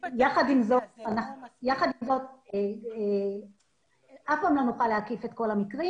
יחד עם זאת, אף פעם לא נוכל להקיף את כל המקרים.